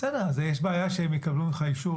בסדר, אז יש בעיה שהם יקבלו ממך אישור